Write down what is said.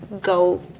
go